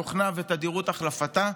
תוכנה ותדירות החלפתה.